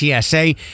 TSA